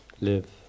live